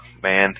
man